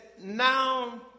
now